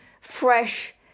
fresh